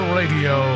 radio